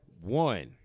One